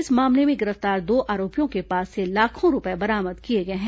इस मामले में गिरफ्तार दो आरोपियों के पास से लाखों रूपये बरामद किए गए हैं